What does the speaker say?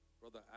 Brother